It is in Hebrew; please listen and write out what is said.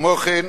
כמו כן,